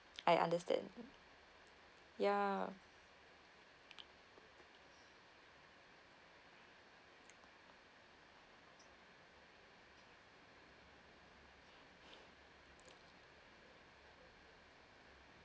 I understand ya